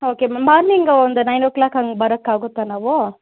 okay ma'am morning ಒಂದು nine o'clock ಹಂಗೆ ಬರೋಕ್ಕಾಗುತ್ತಾ ನಾವು